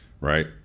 right